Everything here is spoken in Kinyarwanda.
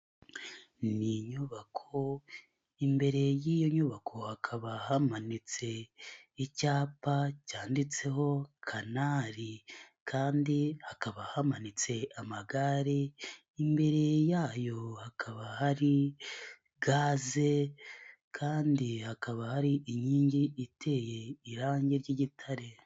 Ni inyubako, imbere y'iyo nyubako hakaba hamanitse icyapa cyanditseho canali. Kandi hakaba hamanitse amagare, imbere yayo hakaba hari gaze kandi hakaba hari inkingi iteye irangi ry'igitare.